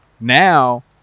now